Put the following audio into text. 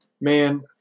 Man